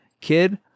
kid